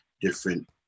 different